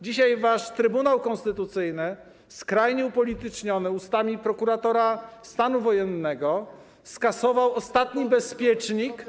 Dzisiaj wasz Trybunał Konstytucyjny, skrajnie upolityczniony, ustami prokuratora stanu wojennego skasował ostatni bezpiecznik.